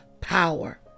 power